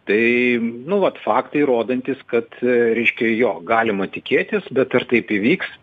tai nu vat faktai rodantys kad reiškia jo galima tikėtis bet ar taip įvyks